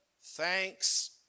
thanks